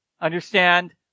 understand